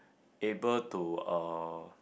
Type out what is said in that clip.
able to uh